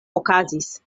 okazis